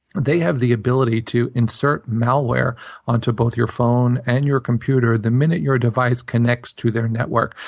they have the ability to insert malware onto both your phone and your computer the minute your device connects to their network.